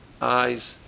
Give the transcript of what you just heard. eyes